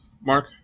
Mark